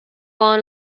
own